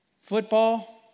football